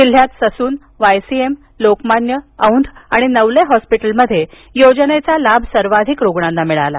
जिल्ह्यात Sassoon YCM Lokmanya Aundh आणि नवले हॉस्पिटलमध्ये योजनेचा लाभ सर्वाधिक रुग्णांना मिळाला